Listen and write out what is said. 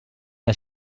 els